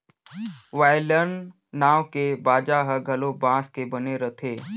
violin नांव के बाजा ह घलो बांस के बने रथे